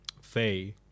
Faye